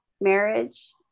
marriage